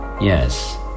Yes